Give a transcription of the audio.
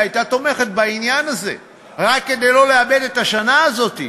האופוזיציה הייתה תומכת בעניין הזה רק כדי לא לאבד את השנה הזאת,